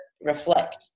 Reflect